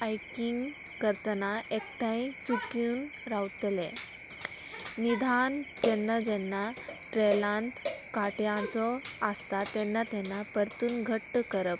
hiking करतना एकठांय चुकीन रावतले निधान जेन्ना जेन्ना ट्रेलांत काट्यांचो आसता तेन्ना तेन्ना परतून घट्ट करप